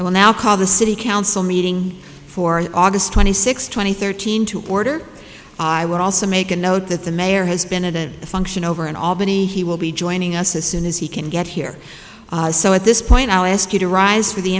will now call the city council meeting for august twenty sixth twenty thirteen to order i would also make a note that the mayor has been to that function over in albany he will be joining us as soon as he can get here so at this point i'll ask you to rise for the